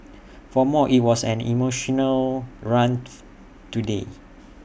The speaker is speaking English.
for more IT was an emotional run today